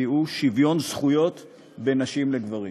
כי הוא שוויון זכויות בין נשים לגברים.